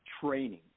training